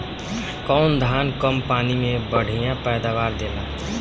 कौन धान कम पानी में बढ़या पैदावार देला?